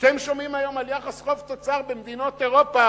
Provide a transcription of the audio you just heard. כשאתם שומעים היום על יחס חוב תוצר במדינות אירופה,